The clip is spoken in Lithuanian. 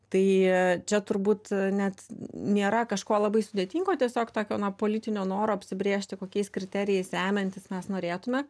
tai čia turbūt net nėra kažko labai sudėtingo tiesiog tokio na politinio noro apsibrėžti kokiais kriterijais remiantis mes norėtume